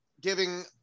giving